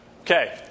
Okay